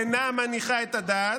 אינה מניחה את הדעת.